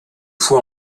fois